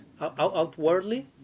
outwardly